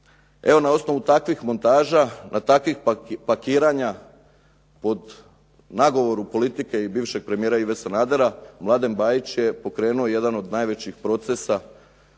Evo na osnovu takvih montaža, takvih pakiranja od nagovoru politike i bivšeg premijera Ive Sanadera, Mladen Bajić je pokrenuo jedan od najvećih procesa